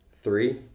three –